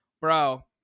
bro